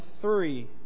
three